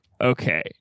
okay